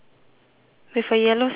with a yellow seahorse on the door